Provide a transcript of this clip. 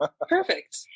perfect